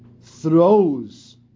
throws